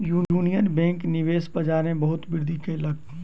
union Bank निवेश व्यापार में बहुत वृद्धि कयलक